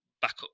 backup